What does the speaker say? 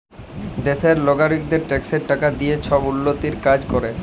দ্যাশের লগারিকদের ট্যাক্সের টাকা দিঁয়ে ছব উল্ল্যতির কাজ ক্যরে